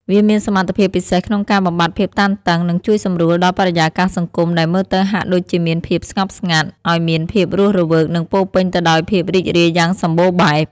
វាមានសមត្ថភាពពិសេសក្នុងការបំបាត់ភាពតានតឹងនិងជួយសម្រួលដល់បរិយាកាសសង្គមដែលមើលទៅហាក់ដូចជាមានភាពស្ងប់ស្ងាត់ ឲ្យមានភាពរស់រវើកនិងពោរពេញទៅដោយភាពរីករាយយ៉ាងសម្បូរបែប។